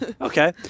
okay